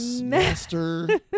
master